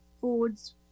foods